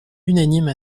unanimes